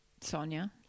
Sonia